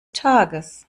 tages